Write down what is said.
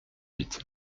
huit